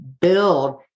build